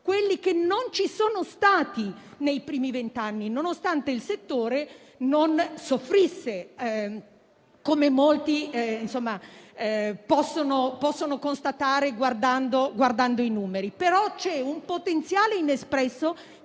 quelli che non ci sono stati nei primi vent'anni, nonostante il settore non soffrisse, come molti possono constatare guardando i numeri. Vi è però un potenziale inespresso